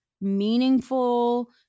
meaningful